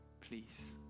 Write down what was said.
please